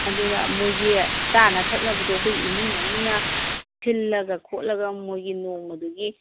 ꯑꯗꯨꯅ ꯃꯣꯏꯒꯤ ꯆꯥꯅ ꯊꯛꯅꯕꯗꯣ ꯑꯩꯈꯣꯏ ꯏꯃꯨꯡ ꯃꯅꯨꯡꯅ ꯁꯤꯜꯂꯒ ꯈꯣꯠꯂꯒ ꯃꯣꯏꯒꯤ ꯅꯣꯡꯃꯗꯨꯒꯤ